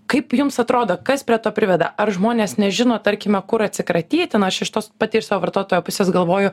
kaip jums atrodo kas prie to priveda ar žmonės nežino tarkime kur atsikratyti nu aš iš tos patyrusio vartotojo pusės galvoju